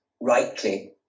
rightly